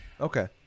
Okay